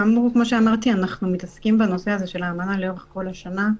כאמור אנחנו מתעסקים בנושא האמנה לאורך כל השנה.